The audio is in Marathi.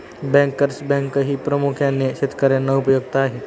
बँकर्स बँकही प्रामुख्याने शेतकर्यांना उपयुक्त आहे